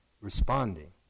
responding